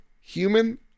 Human